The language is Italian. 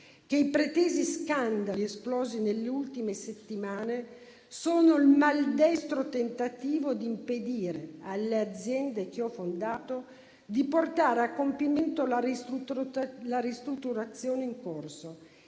che i pretesi scandali esplosi nelle ultime settimane sono il maldestro tentativo di impedire alle aziende che ho fondato di portare a compimento la ristrutturazione in corso,